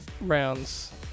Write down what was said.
rounds